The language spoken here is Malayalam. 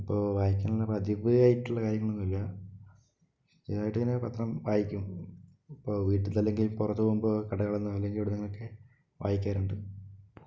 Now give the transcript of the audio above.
ഇപ്പോൾ വായിക്കാനുള്ള പതിവായിട്ടുള്ള കാര്യങ്ങളൊന്നും ഇല്ല ചെറുതായിട്ടിങ്ങനെ പത്രം വായിക്കും അപ്പോൾ വീട്ടിലത്തെ അല്ലെങ്കിൽ പുറത്ത് പോകുമ്പോൾ കടകളിൽനിന്നോ അല്ലെങ്കിൽ എവിടെനിന്നെങ്കിലുമൊക്കെ വായിക്കാറുണ്ട്